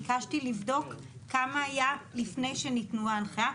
ביקשתי לבדוק כמה היה לפני שניתנה ההנחיה,